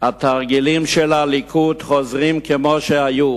"התרגילים של הליכוד חוזרים כמו שהיו.